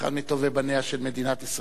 אחד מטובי בניה של מדינת ישראל,